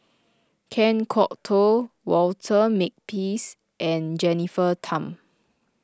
Kan Kwok Toh Walter Makepeace and Jennifer Tham